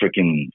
Freaking